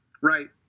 Right